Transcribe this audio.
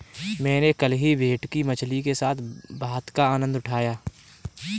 मैंने कल ही भेटकी मछली के साथ भात का आनंद उठाया